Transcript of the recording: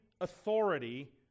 authority